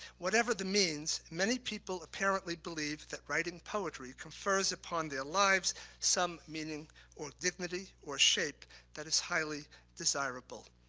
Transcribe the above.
whatever the means, many people apparently believe that writing poetry confers upon their lives some meaning or dignity or shape that is highly desirable.